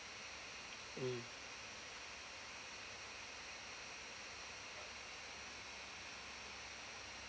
mm